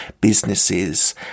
businesses